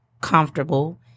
comfortable